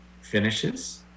finishes